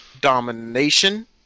Domination